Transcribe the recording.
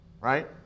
right